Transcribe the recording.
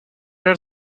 are